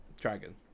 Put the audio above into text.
dragon